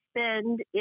spend